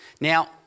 Now